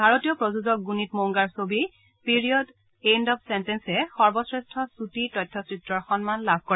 ভাৰতীয় প্ৰযোজক গুণীত মৌংগাৰ ছবি 'পিৰিয়ড এণ্ড অব্ চেণ্টেচ' এ সৰ্বশ্ৰেষ্ঠ ছুটি তথ্যচিত্ৰৰ সন্মান লাভ কৰে